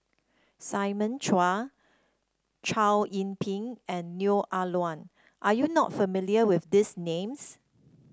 Simon Chua Chow Yian Ping and Neo Ah Luan are you not familiar with these names